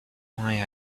why